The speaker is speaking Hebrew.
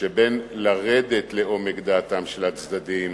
שבין לרדת לאומד דעתם של הצדדים